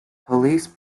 police